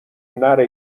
نره